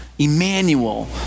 Emmanuel